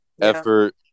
effort